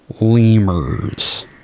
lemurs